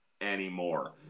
anymore